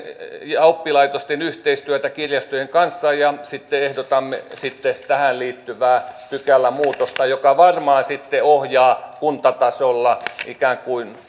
ja oppilaitosten yhteistyötä kirjastojen kanssa ja sitten ehdotamme tähän liittyvää pykälämuutosta joka varmaan sitten ohjaa kuntatasolla